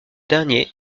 dernier